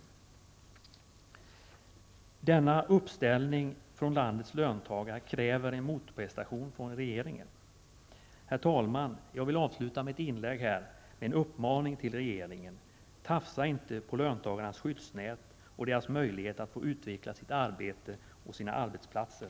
I och med att landets löntagare har ställt upp på detta sätt krävs en motprestation från regeringen. Herr talman! Jag vill avsluta mitt inlägg med en uppmaning till regeringen: Tafsa inte på löntagarnas skyddsnät och på deras möjlighet att få utveckla sitt arbete och sina arbetsplatser!